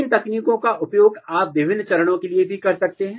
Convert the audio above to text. इन तकनीकों का उपयोग आप विभिन्न चरणों के लिए भी कर सकते हैं